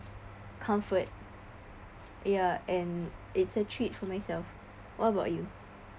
comfort ya and it's a treat for myself what about you